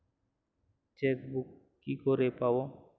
Chequebook কি করে পাবো?